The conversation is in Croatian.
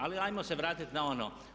Ali ajmo se vratiti na ono.